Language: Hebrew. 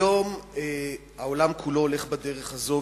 היום העולם כולו הולך בדרך הזאת,